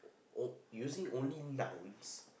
oh using only nouns